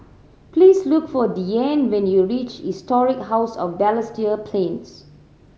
please look for Deane when you reach Historic House of Balestier Plains